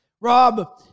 Rob